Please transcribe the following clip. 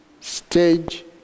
stage